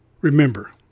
Remember